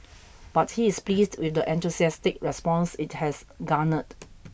but he is pleased with the enthusiastic response it has garnered